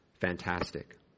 fantastic